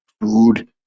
food